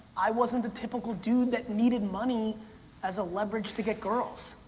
i wasn't the typical dude that needed money as a leverage to get girls.